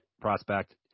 prospect